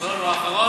כחלון הוא האחרון,